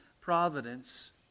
providence